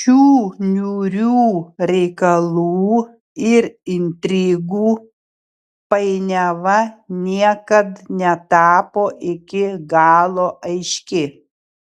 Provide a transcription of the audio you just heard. šių niūrių reikalų ir intrigų painiava niekad netapo iki galo aiški